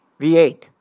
V8